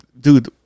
Dude